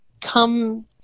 come